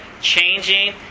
changing